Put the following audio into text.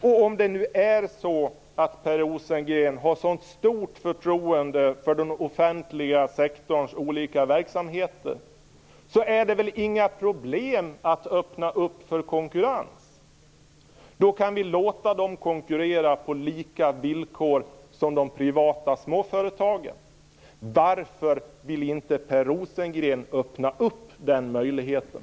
Och om det nu är så att Per Rosengren har ett sådant stort förtroende för den offentliga sektorns olika verksamheter, så är det väl inga problem att öppna dem för konkurrens? Då kan vi låta dem konkurrera på lika villkor som de privata småföretagen. Varför vill inte Per Rosengren öppna den möjligheten?